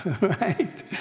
right